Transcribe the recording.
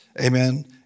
amen